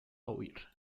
huir